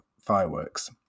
fireworks